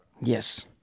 Yes